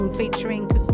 featuring